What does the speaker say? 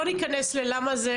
לא ניכנס ללמה זה,